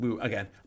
again